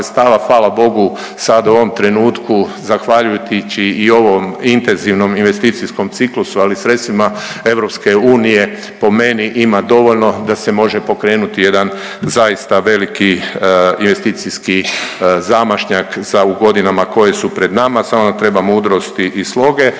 hvala bogu sad u ovom trenutku zahvaljujući i ovom intenzivnom investicijskom ciklusu, ali sredstvima EU po meni ima dovoljno da se može pokrenuti jedan zaista veliki investicijski zamašnjak za u godinama koje su pred nama. Samo nam treba mudrosti i sloge,